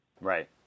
Right